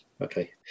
okay